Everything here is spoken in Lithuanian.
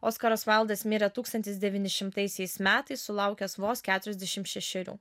oskaras vaildas mirė tūkstantis devyni šimtaisiais metais sulaukęs vos keturiasdešimt šešerių